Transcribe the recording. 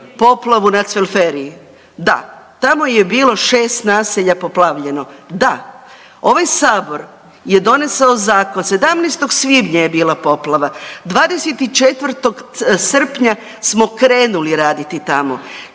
poplavu na Cvelferiji. Da, tamo je bilo 6 naselja poplavljeno. Da, ovaj Sabor je donesao zakon, 17. svibnja je bila poplava, 24. srpnja smo krenuli raditi tamo,